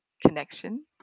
connection